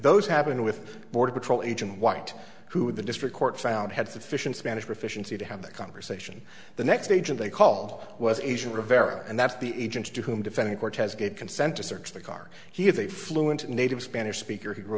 those happened with border patrol agent white who the district court found had sufficient spanish proficiency to have that conversation the next agent a call was asian rivera and that's the agents to whom defending cortez gave consent to search the car he is a fluent native spanish speaker he grew